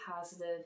positive